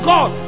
God